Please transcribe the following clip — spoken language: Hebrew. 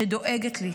שדואגת לי.